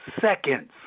Seconds